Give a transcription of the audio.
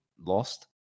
lost